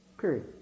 period